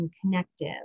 connective